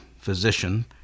physician